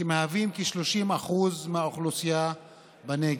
שמהווים כ-30% מהאוכלוסייה בנגב.